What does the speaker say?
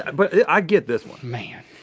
but i get this one. man.